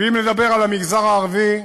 ואם נדבר על המגזר הערבי,